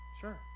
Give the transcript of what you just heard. Sure